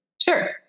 Sure